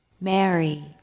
Mary